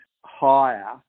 higher